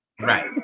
Right